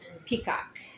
Peacock